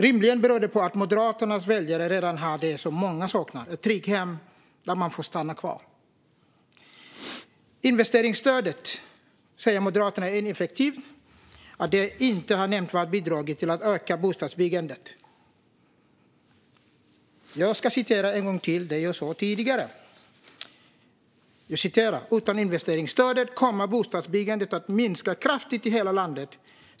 Rimligen beror detta på att Moderaternas väljare redan har det som många saknar, nämligen ett tryggt hem där man får stanna kvar. Moderaterna säger att investeringsstödet är ineffektivt och inte nämnvärt har bidragit till att öka bostadsbyggandet. Jag ska än en gång citera den artikel jag citerade tidigare: "Utan investeringsstödet kommer bostadsbyggandet att minska kraftigt i hela landet.